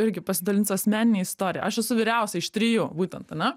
irgi pasidalinsiu asmenine istorija aš esu vyriausia iš trijų būtent ane